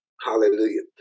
Hallelujah